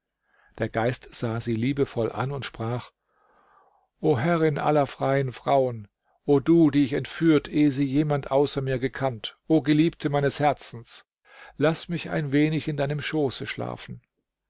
der geist sah sie liebevoll an und sprach o herrin aller freien frauen o du die ich entführt ehe sie jemand außer mir gekannt o geliebte meines herzens laß mich ein wenig in deinem schoße schlafen